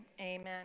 Amen